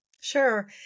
Sure